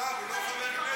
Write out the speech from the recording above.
השר, הוא לא חבר כנסת.